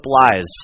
lies